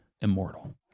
immortal